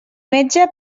metge